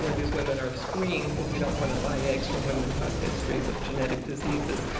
you know these women are screened cause we don't wanna buy eggs from women who have histories of genetic diseases.